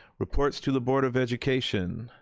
reports to the board of education.